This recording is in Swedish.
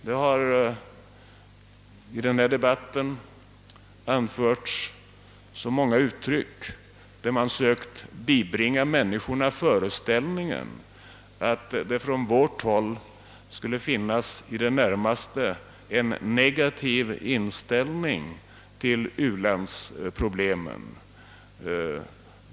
Det har i denna debatt använts så många uttryck som inneburit, att man sökt bibringa människorna föreställningen att det från vårt håll skulle finnas en i det närmaste negativ inställning till u-landsproblemen.